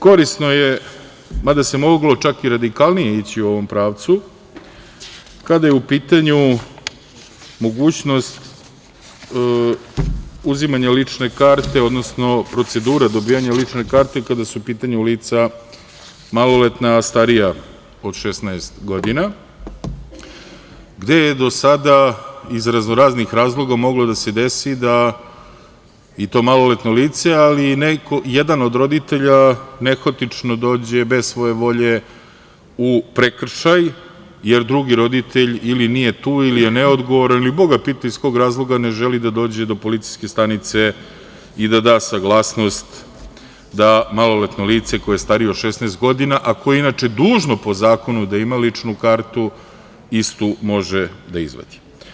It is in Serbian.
Korisno je, mada se moglo čak i radikalnije ići u ovom pravcu, kada je u pitanju mogućnost uzimanja lične karte, odnosno procedura dobijanja lične karte kada su u pitanju lica maloletna, a starija od 16 godina, gde je do sada iz raznoraznih razloga moglo da se desi da i to maloletno lice, ali i jedan od roditelja nehotično dođe, bez svoje volje, u prekršaj, jer drugi roditelj nije tu ili je neodgovoran ili boga pitaj iz kog razloga ne želi da dođe do policijske stanice i da da saglasnost da maloletno lice, koje je starije od 16 godina, a koje je inače dužno po zakonu da ima ličnu kartu, istu može da izvadi.